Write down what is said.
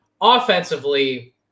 offensively